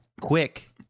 Quick